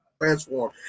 transform